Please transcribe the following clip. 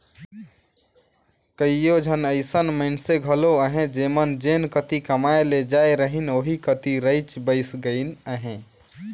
कइयो झन अइसन मइनसे घलो अहें जेमन जेन कती कमाए ले जाए रहिन ओही कती रइच बइस गइन अहें